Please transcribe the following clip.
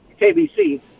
KBC